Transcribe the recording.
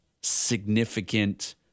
significant